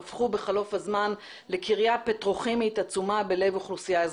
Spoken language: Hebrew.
הפכו בחלוף הזמן לקריה פטרוכימית עצומה בלב אוכלוסייה אזרחית,